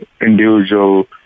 individual